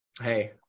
hey